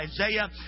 Isaiah